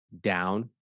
down